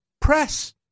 press